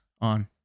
on